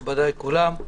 נכבדיי כולם,